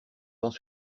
temps